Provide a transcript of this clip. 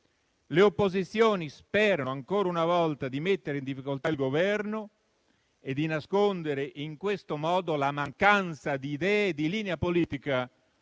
Le opposizioni sperano ancora una volta di mettere in difficoltà il Governo e di nascondere in questo modo la mancanza di idee e di linea politica